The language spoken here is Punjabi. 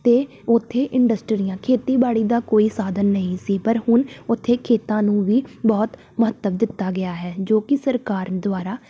ਅਤੇ ਉੱਥੇ ਇੰਡਸਟਰੀਆਂ ਖੇਤੀਬਾੜੀ ਦਾ ਕੋਈ ਸਾਧਨ ਨਹੀਂ ਸੀ ਪਰ ਹੁਣ ਉੱਥੇ ਖੇਤਾਂ ਨੂੰ ਵੀ ਬਹੁਤ ਮਹੱਤਵ ਦਿੱਤਾ ਗਿਆ ਹੈ ਜੋ ਕਿ ਸਰਕਾਰ ਦੁਆਰਾ